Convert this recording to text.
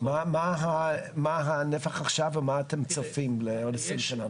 מה הנפח עכשיו ומה אתם צופים לעוד עשרים שנה,